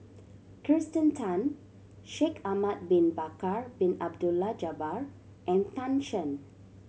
Kirsten Tan Shaikh Ahmad Bin Bakar Bin Abdullah Jabbar and Tan Shen